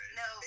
no